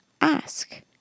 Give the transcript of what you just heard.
ask